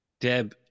deb